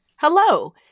Hello